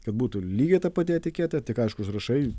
kad būtų lygiai ta pati etiketė tik aišku užrašai